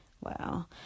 Wow